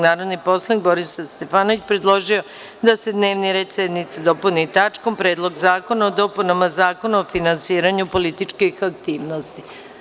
Narodni poslanik Borislav Stefanović predložio je da se dnevni red sednice dopuni tačkom – Predlog zakona o dopunama Zakona o finansiranju političkih aktivnosti.